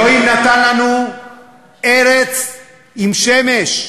אלוהים נתן לנו ארץ עם שמש,